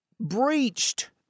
breached